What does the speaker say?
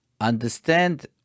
understand